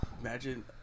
imagine